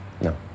No